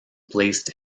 placed